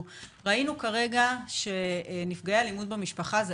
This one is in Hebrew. ראינו שנפגעי אלימות במשפחה זה